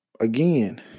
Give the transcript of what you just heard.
again